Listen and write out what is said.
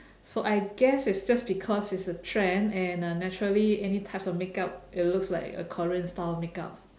so I guess it's just because it's a trend and uh naturally any types of makeup it'll looks like a korean style of makeup